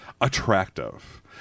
attractive